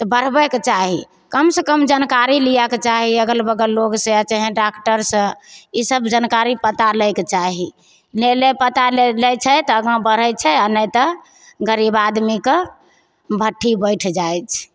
तऽ बढ़बैके चाही कमसे कम जानकारी लिएके चाही अगल बगल लोकसे तेहन डॉकटरसे ईसब जानकारी पता लैके चाही नहि ले पता लै छै तऽ आगाँ बढ़ै छै नहि तऽ गरीब आदमीके भट्ठी बैठि जाइ छै